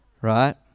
Right